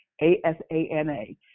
a-s-a-n-a